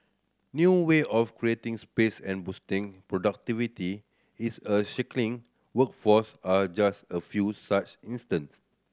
new way of creating space and boosting productivity is a workforce are just a few such instance